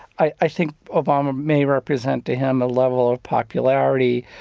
i i think obama may represent to him a level of popularity